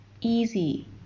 easy